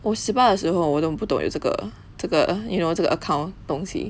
我十八的时候我都不懂有这个这个 you know 这个 account 东西